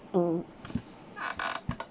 oh